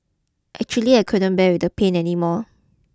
actually I couldn't bear with the pain anymore